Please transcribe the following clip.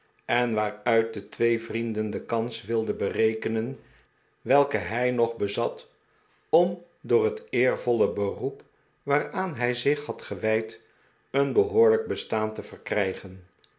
en waaruit de twee vrienden de kans wilden berekenen welke hij nog bezat om door het eervolle beroep waaraan hij zich had gewijd een behoorlijk bestaan te verkrijgen